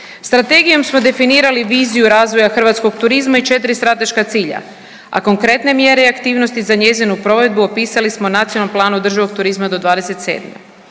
Strategijom smo definirali viziju razvoja hrvatskog turizma i 4 strateška cilja, a konkretne mjere i aktivnosti za njezinu provedbu opisali smo u Nacionalnom planu održivog turizma do 2027.